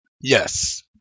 Yes